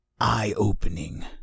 eye-opening